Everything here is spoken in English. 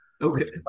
Okay